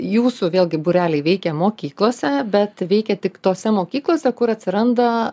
jūsų vėlgi būreliai veikė mokyklose bet veikė tik tose mokyklose kur atsiranda